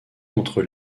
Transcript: entre